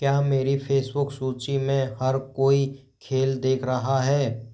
क्या मेरी फेसबुक सूची में हर कोई खेल देख रहा है